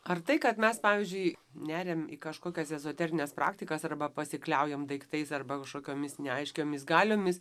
ar tai kad mes pavyzdžiui neriam į kažkokias ezoterines praktikas arba pasikliaujam daiktais arba kažkokiomis neaiškiomis galiomis